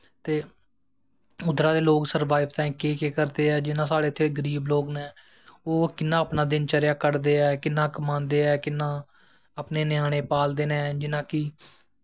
ते उद्धरा दे लोग सर्वाइव ताहीं केह् केह् करदे ऐं जि'यां साढ़े इत्थै गरीब लोग ऐं ओह् कि'यां अपनां दिनचर्या कड़दे ऐं कि'यां कमांदे न कि'यां अपने ञ्यानें पालदे न जि'यां कि